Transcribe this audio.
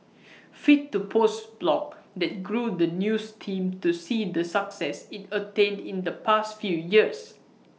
fit to post blog that grew the news team to see the success IT attained in the past few years